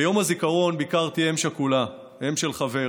ביום הזיכרון ביקרתי אם שכולה, אם של חבר.